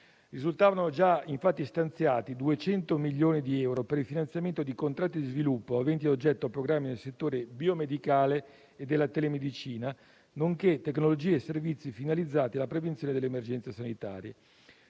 Risultavano infatti già stanziati 200 milioni di euro per il finanziamento di contratti di sviluppo aventi a oggetto programmi del settore biomedicale e della telemedicina, nonché tecnologie e servizi finalizzati alla prevenzione delle emergenze sanitarie.